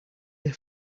they